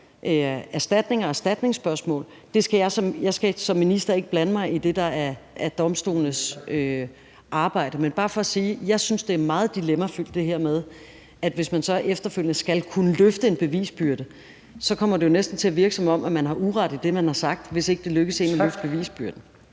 erstatning og erstatningsspørgsmål. Jeg skal som minister ikke blande mig i det, der er domstolenes arbejde. Men det er bare for at sige, at jeg synes, det er meget dilemmafyldt, det her med, at hvis man så efterfølgende skal kunne løfte en bevisbyrde, kommer det jo næsten til at virke, som om man har uret i det, man har sagt, hvis ikke det lykkes en at løfte bevisbyrden.